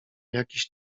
jakiś